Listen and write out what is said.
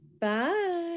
bye